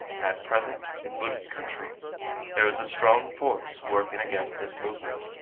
at present in buddhist countries there is a strong force working against this movement.